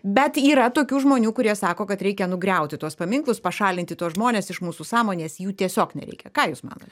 bet yra tokių žmonių kurie sako kad reikia nugriauti tuos paminklus pašalinti tuos žmones iš mūsų sąmonės jų tiesiog nereikia ką jūs matot